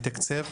שיתקצב,